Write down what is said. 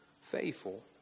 faithful